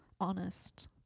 honest